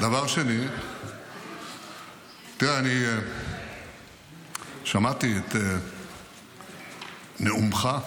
דבר שני, תראה, שמעתי את נאומך,